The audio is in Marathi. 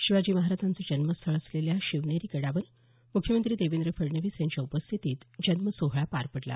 शिवाजी महाराजांचं जन्मस्थळ असलेल्या शिवनेरी गडावर मुख्यमंत्री देवेंद्र फडणवीस यांच्या उपस्थितीत जन्मसोहळा पार पडला